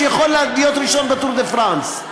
שיכול להיות ראשון בטור דה-פראנס.